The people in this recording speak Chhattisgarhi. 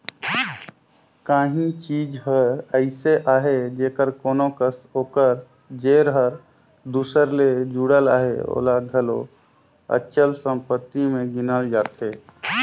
काहीं चीज हर अइसे अहे जेहर कोनो कस ओकर जेर हर दूसर ले जुड़ल अहे ओला घलो अचल संपत्ति में गिनल जाथे